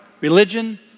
religion